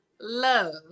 love